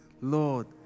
Lord